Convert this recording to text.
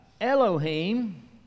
Elohim